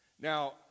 Now